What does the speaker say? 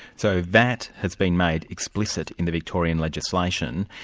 so that has been made explicit in the victorian legislation,